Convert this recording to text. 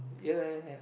ya I have